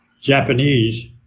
Japanese